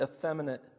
effeminate